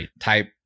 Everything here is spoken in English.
type